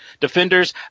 Defenders